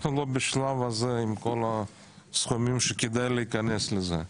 אנחנו לא בשלב הזה עם סכומים שכדאי להיכנס לזה.